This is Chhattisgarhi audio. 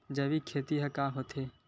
जैविक खेती ह का होथे?